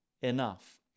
enough